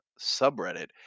subreddit